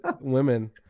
women